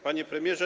Panie Premierze!